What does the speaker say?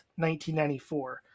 1994